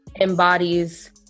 embodies